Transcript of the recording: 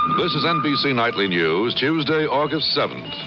this is nbc nightly news. tuesday, august seventh.